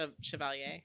Chevalier